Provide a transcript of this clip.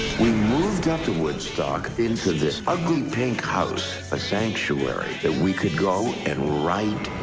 we moved up to woodstock into this ugly pink house, a sanctuary that we could go and write.